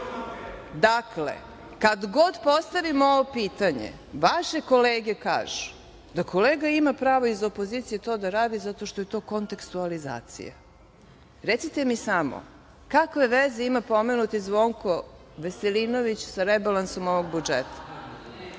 vas. Dakle, kad god postavim ovo pitanje vaše kolege kažu da kolega ima pravo, iz opozicije, to da radi zato što je to kontekstualizacija. Recite mi samo – kakve veze ima pomenuti Zvonko Veselinović sa rebalansom ovog budžeta? Jel